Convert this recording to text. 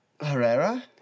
Herrera